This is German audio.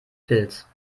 pilz